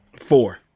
Four